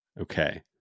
Okay